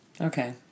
Okay